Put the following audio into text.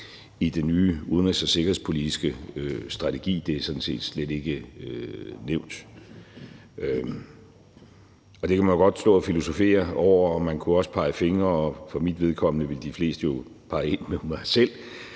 i den nye udenrigs- og sikkerhedspolitiske strategi. Det er sådan set slet ikke nævnt, og det kan man jo godt stå at filosofere over, og man kunne også pege fingre, og for mit vedkommende ville de fleste af dem jo pege ind mod mig selv.